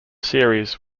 series